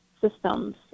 systems